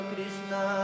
Krishna